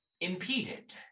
impeded